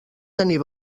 tenir